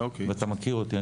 ואתה מכיר אותי,